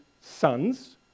sons